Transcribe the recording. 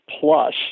plus